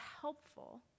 helpful